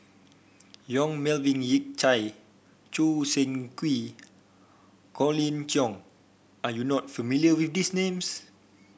Yong Melvin Yik Chye Choo Seng Quee Colin Cheong are you not familiar with these names